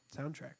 soundtrack